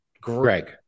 Greg